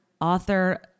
author